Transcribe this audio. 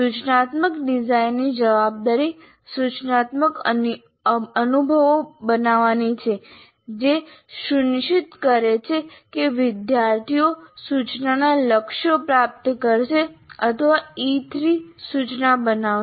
સૂચનાત્મક ડિઝાઇનરની જવાબદારી સૂચનાત્મક અનુભવો બનાવવાનીછે જે સુનિશ્ચિત કરે છે કે વિદ્યાર્થીઓ સૂચનાના લક્ષ્યો પ્રાપ્ત કરશે અથવા E3 સૂચના બનાવશે